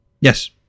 Yes